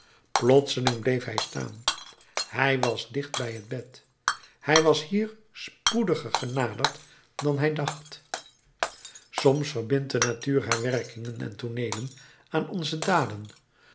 plotseling bleef hij staan hij was dicht bij het bed hij was hier spoediger genaderd dan hij dacht soms verbindt de natuur haar werkingen en tooneelen aan onze daden